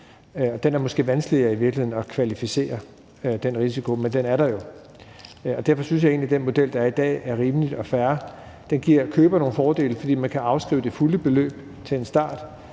er måske i virkeligheden vanskeligere at kvalificere. Men den er der jo, og derfor synes jeg egentlig, at den model, der er i dag, er rimelig og fair. Den giver køber nogle fordele, fordi man kan afskrive det fulde beløb til en start,